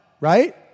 right